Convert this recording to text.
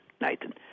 Nathan